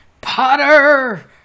Potter